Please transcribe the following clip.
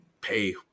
pay